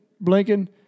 Blinking